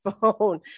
phone